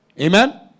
Amen